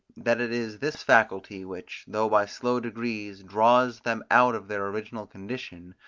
that it is this faculty, which, though by slow degrees, draws them out of their original condition,